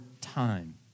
time